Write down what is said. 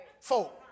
folk